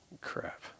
crap